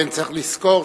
צריך לזכור